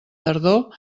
tardor